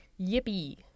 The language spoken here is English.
Yippee